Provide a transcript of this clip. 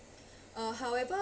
uh however